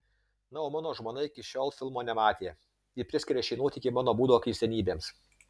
na o mano žmona ir iki šiol filmo nematė ji priskiria šį nuotykį mano būdo keistenybėms